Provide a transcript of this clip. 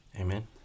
Amen